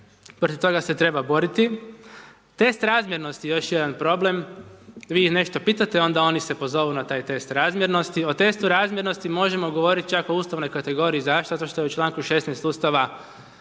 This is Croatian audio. protiv toga se treba boriti, test razmjernosti još jedan problem, vi ih nešto pitate onda oni se pozovu na taj test razmjernosti. O testu razmjernosti možemo govorit čak o ustavnoj kategoriji, zašto, zato što je u članku 16. Ustava